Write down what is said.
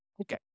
Okay